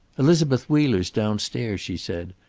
elizabeth wheeler's downstairs, she said.